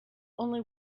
only